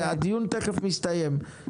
הדיון תכף מסתיים.